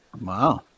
Wow